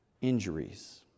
injuries